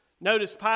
Notice